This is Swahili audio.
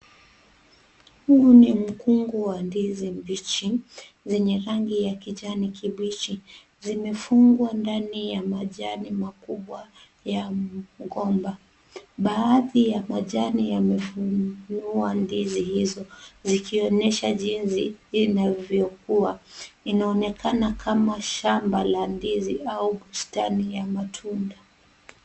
Huu ni mkungu wa ndizi mbichi zenye rangi ya kijani kibichi, zimefungwa ndani ya majani makubwa ya mgomba. Baadhi ya majani yamefungua ndizi hizo zikionyesha jinsi inavyokuwa. Inaonekana kama shamba la ndizi au stendi ya matunda.